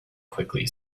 quickly